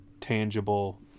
tangible